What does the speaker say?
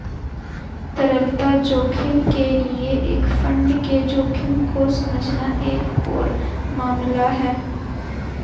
तरलता जोखिम के लिए एक फंड के जोखिम को समझना एक और मामला है